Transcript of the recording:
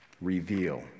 reveal